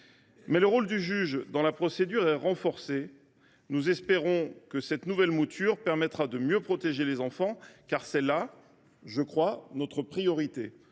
le rôle du juge dans la procédure est renforcé. Nous espérons que cette nouvelle mouture permettra de mieux protéger les enfants : c’est là notre priorité.